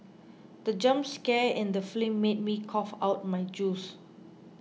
the jump scare in the film made me cough out my juice